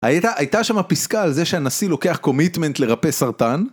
הייתה שם פסקה על זה שהנשיא לוקח קומיטמנט לרפא סרטן?